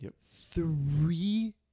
Three